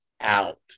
out